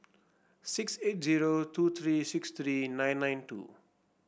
six eight zero two three six three nine nine two